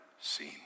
seen